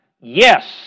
Yes